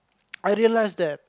I realise that